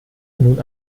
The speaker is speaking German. nun